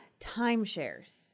Timeshares